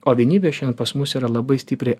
o vienybė šiandien pas mus yra labai stipriai